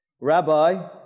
Rabbi